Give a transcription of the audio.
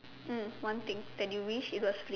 mm one thing that you wish it was free